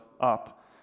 up